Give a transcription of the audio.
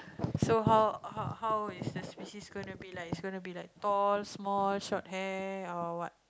so how how how is the species gonna be like is it gonna be like tall small short hair or what